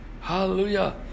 Hallelujah